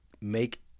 make